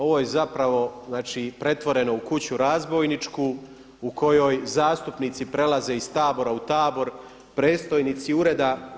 Ovo je zapravo, znači pretvoreno u kuću razbojničku u kojoj zastupnici prelaze iz tabora u tabor, predstojnici ureda